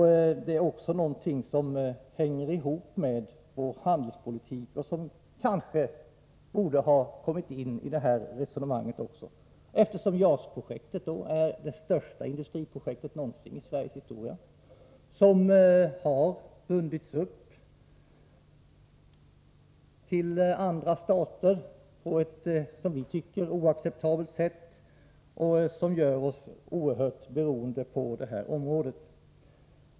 Detta är också någonting som hänger ihop med vår handelspolitik och som kanske borde ha kommit in i resonemanget här i dag, eftersom JAS-projektet är det största industriprojektet någonsin i Sveriges historia. Det har bundits upp till andra stater på ett, som vi på vårt håll tycker, oacceptabelt sätt, vilket gör oss oerhört beroende av andra stater på det här området.